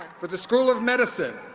for the school of medicine,